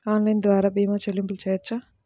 Online ద్వార భీమా చెల్లింపులు చేయవచ్చా?